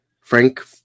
Frank